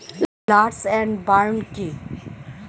Slash and burn কি?